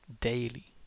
daily